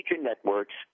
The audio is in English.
networks